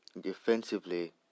Defensively